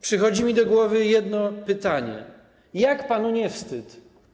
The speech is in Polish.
Przychodzi mi do głowy jedno pytanie: Jak panu nie wstyd?